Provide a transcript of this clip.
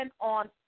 on